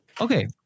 Okay